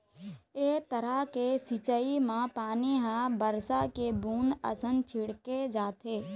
ए तरह के सिंचई म पानी ह बरसा के बूंद असन छिड़के जाथे